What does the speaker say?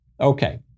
Okay